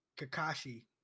Kakashi